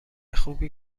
خوبی